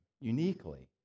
uniquely